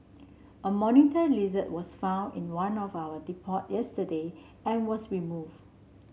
a monitor lizard was found in one of our depot yesterday and was removed